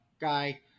guy